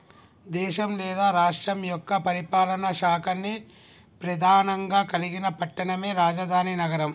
దేశం లేదా రాష్ట్రం యొక్క పరిపాలనా శాఖల్ని ప్రెధానంగా కలిగిన పట్టణమే రాజధాని నగరం